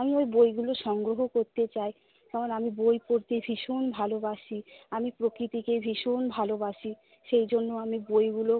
আমি ওই বইগুলো সংগ্রহ করতে চাই কারণ আমি বই পড়তে ভীষণ ভালোবাসি আমি প্রকৃতিকে ভীষণ ভালোবাসি সেই জন্য আমি বইগুলো